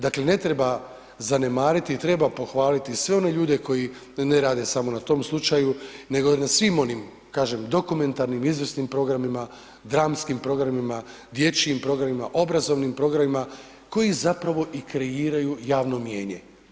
Dakle, ne treba zanemariti i treba pohvaliti sve one ljude koji ne rade samo na tom slučaju, nego na svim onim, kažem, dokumentarnim izvrsnim programima, dramskim programima, dječjim programima, obrazovnim programima, koji zapravo i kreiraju javno mijenje.